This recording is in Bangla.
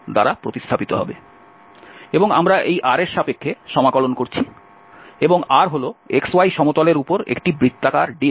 এবং আমরা এই R এর সাপেক্ষে সমাকলন করছি এবং R হল xy সমতলের উপর একটি বৃত্তাকার ডিস্ক